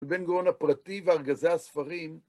לבין גאון הפרטי וארגזי הספרים.